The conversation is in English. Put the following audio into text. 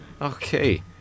Okay